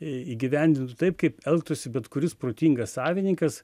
įgyvendintų taip kaip elgtųsi bet kuris protingas savininkas